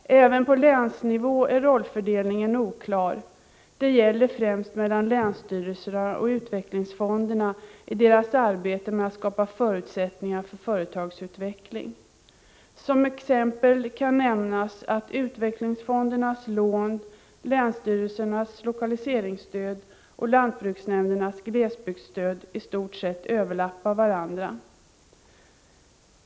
Även på länsnivå är rollfördelningen oklar. Det gäller främst rollfördelningen mellan länsstyrelserna och utvecklingsfonderna i deras arbete med att skapa förutsättningar för företagsutveckling. Som exempel kan nämnas att utvecklingsfondernas lån, länsstyrelsernas lokaliseringsstöd och lantbruksnämndernas glesbygdsstöd i stort sett överlappar varandra.